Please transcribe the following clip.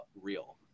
real